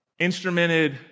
instrumented